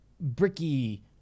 bricky